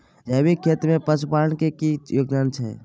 जैविक खेती में पशुपालन के की योगदान छै?